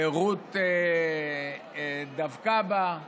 רות דבקה בה,